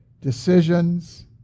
decisions